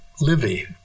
Livy